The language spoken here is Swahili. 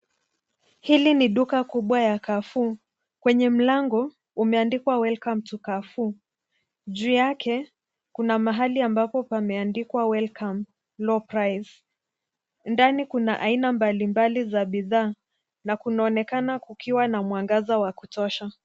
Hili ni duka kubwa ya Carrefour, kwenye mlango umeandikwa welcome to Carrefour. Juu yake, kuna mahali ambapo pameandikwa welcome low price . Ndani kuna aina mbalimbali za bidhaa na kunaonekana kukiwa na mwangaza wa kutosha.